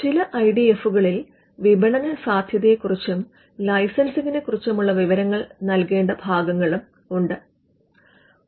ചില I D എഫുകളിൽ വിപണസാധ്യതകളെ കുറിച്ചും ലൈസെൻസിങ്ങിനെ കുറിച്ചുമുള്ള വിവരങ്ങൾ നൽകേണ്ട ഭാഗവുമുണ്ട്